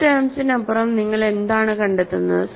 6 ടെംസിനപ്പുറം നിങ്ങൾ എന്താണ് കണ്ടെത്തുന്നത്